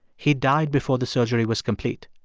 he died before the surgery was complete.